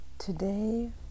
Today